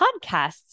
podcasts